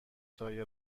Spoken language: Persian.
تایر